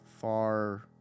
far